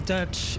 Dutch